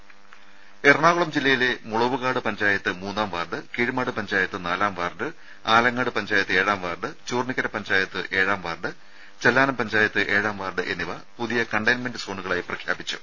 രുമ എറണാകുളം ജില്ലയിലെ മുളവുകാട് പഞ്ചായത്ത് മൂന്നാം വാർഡ് കീഴ്മാട് കൃപഞ്ചായത്ത് നാലാം വാർഡ് ആലങ്ങാട് പഞ്ചായത്ത് ഏഴാം വാർഡ് ചൂർണ്ണിക്കര പഞ്ചായത്ത് ഏഴാം വാർഡ് ചെല്ലാനം പഞ്ചായത്ത് ഏഴാം വാർഡ് എന്നിവ പുതിയ കണ്ടെയ്ൻമെന്റ് സോണുകളായി പ്രഖ്യാപിച്ചു